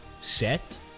set